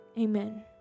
Amen